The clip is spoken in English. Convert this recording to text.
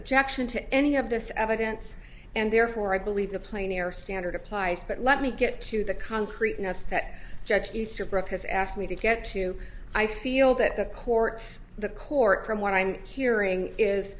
objection to any of this evidence and therefore i believe the play near standard applies but let me get to the concreteness that judge easterbrook has asked me to get to i feel that the courts the court from what i'm hearing is